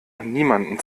niemandem